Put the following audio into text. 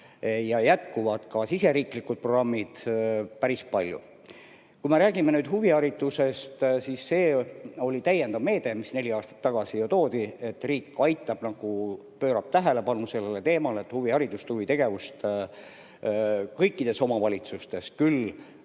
ja jätkuvad ka siseriiklikud programmid, päris palju. Kui me räägime nüüd huviharidusest, siis see oli täiendav meede, mis neli aastat tagasi loodi, et riik aitab, pöörab tähelepanu sellele teemale, et huviharidust ja huvitegevust kõikides omavalitsustes, küll